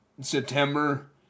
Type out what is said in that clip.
September